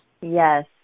Yes